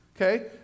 Okay